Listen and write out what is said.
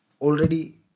already